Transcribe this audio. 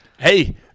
Hey